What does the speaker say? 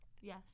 Yes